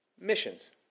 Missions